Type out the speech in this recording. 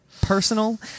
personal